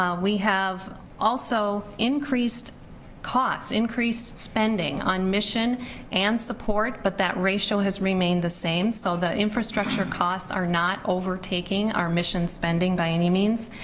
um we have also increased cost, increased spending on mission and support, but that ratio has remained the same, so the infrastructure costs are not overtaking our mission spending by any means.